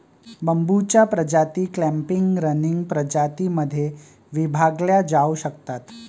बांबूच्या प्रजाती clumping, running प्रजातीं मध्ये विभागल्या जाऊ शकतात